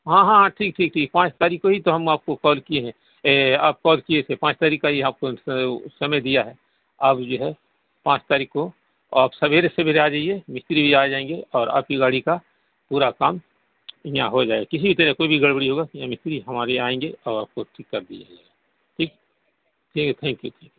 ہاں ہاں ٹھیک ٹھیک ٹھیک پانچ تاریخ کو ہی تو ہم آپ کو کال کیے ہیں آپ کال کیے تھے پانچ تاریخ کا یہاں آپ کو سمے دیا ہے آپ جو ہے پانچ تاریخ کو آپ سویرے سویرے آ جائیے مستری بھی آ جائیں گے اور آپ کی گاڑی کا پورا کام یہاں ہو جائے گا کسی بھی طرح کا کوئی بھی گڑبڑی ہوگا یہاں مستری ہمارے یہاں آئیں گے اور آپ کو ٹھیک کر دیا جائے گا ٹھیک ٹھیک ہے تھینک یو